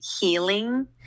healing